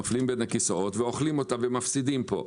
נופלים בין הכיסאות ומפסידים פה.